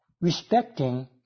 respecting